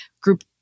group